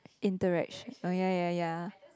interaction oh ya ya ya